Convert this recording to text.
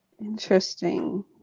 interesting